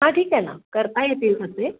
हां ठीक आहे ना करता येतील तसे